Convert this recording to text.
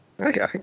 Okay